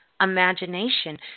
imagination